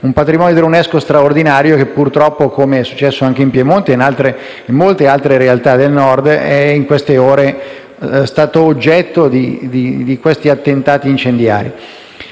patrimonio dell'UNESCO straordinario, che purtroppo - come è accaduto anche in Piemonte e in molte altre realtà del Nord - in queste ore sono stati oggetto di attentati incendiari.